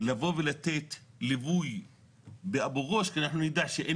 לבוא ולתת ליווי באבו גוש כי אנחנו נדע שאין